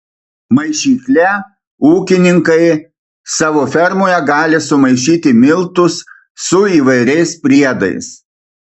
maišykle ūkininkai savo fermoje gali sumaišyti miltus su įvairiais priedais